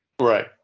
Right